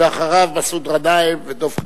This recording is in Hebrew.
ואחריו, מסעוד גנאים ודב חנין.